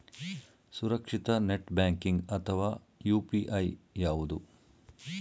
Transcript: ಸುರಕ್ಷಿತ net banking ಅಥವಾ UPI ಯಾವುದು?